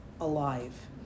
alive